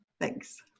Thanks